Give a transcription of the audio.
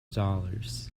dollars